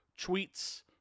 tweets